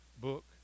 book